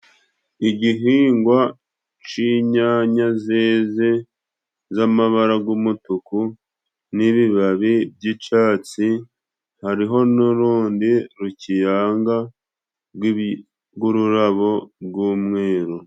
Igihingwa c'inyanya zeze z'amabara g'umutuku n'ibibabi by'icyatsi, hariho n'urundi rukiyanga rw'ibi g'ururabo g'umweru.